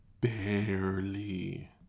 barely